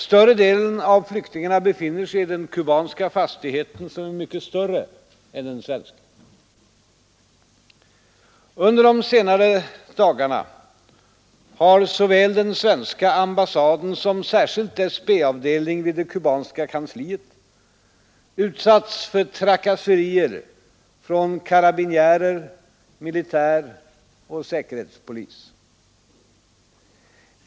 Större delen av flyktingarna befinner sig i den kubanska fastigheten, som är mycket större än den svenska. Under de senare dagarna har såväl den svenska ambassaden som särskilt dess B-avdelning vid det kubanska kansliet utsatts för trakasserier från karabinjärer, militär och säkerhetspolis.